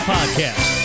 Podcast